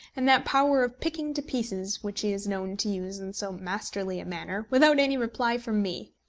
and that power of picking to pieces which he is known to use in so masterly a manner, without any reply from me!